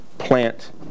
Plant